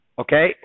Okay